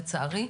לצערי,